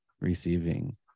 receiving